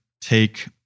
take